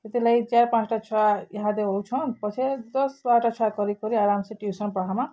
ସେଥିର୍ ଲାଗି ଚାର୍ ପାଞ୍ଚଟା ଛୁଆ ଇହାଦେ ହଉଛନ ପଛେ ଦଶବାର୍ଟା ଆରାମସେ ଟିଉସନ୍ ପଢାମାଁ